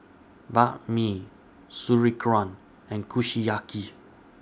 Banh MI Sauerkraut and Kushiyaki